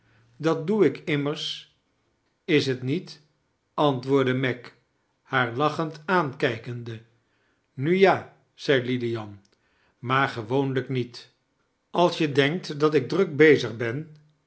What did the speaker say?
dat doe ik immers is t niet antwoordde meg haar lachend aankijkende nu ja zei lilian maar gewoonlijk niet als je denkt dat ik druk bezig ben